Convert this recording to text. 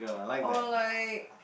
or like